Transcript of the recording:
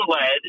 led